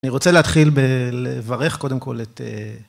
אני רוצה להתחיל בלברך קודם כל את...